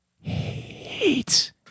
hate